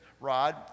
Rod